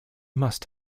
must